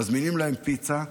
מזמינים להם פיצה,